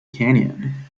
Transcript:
canyon